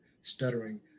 stuttering